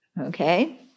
Okay